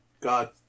God